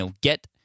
get